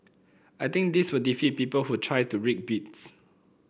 I think this will defeat people who try to rig bids